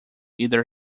either